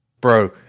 bro